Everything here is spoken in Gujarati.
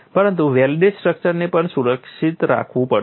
પરંતુ વેલ્ડેડ સ્ટ્રક્ચર્સને પણ સુરક્ષિત રાખવું પડશે